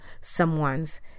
someone's